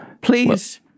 Please